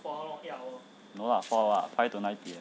no lah four lah five to nine P_M